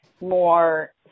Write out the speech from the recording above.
more